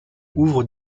ouvre